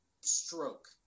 stroke